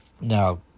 Now